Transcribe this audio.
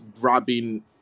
grabbing